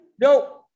no